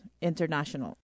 International